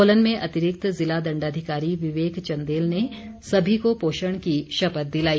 सोलन में अतिरिक्त ज़िला दण्डाधिकारी विवेक चंदेल ने सभी को पोषण की शपथ दिलाई